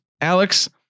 Alex